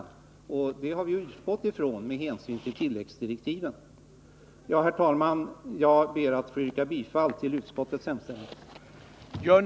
Vi har utgått från att så kommer att bli fallet, bl.a. med hänsyn till tilläggsdirektiven. Herr talman! Jag ber att få yrka bifall till utskottets hemställan.